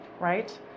right